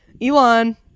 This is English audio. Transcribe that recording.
Elon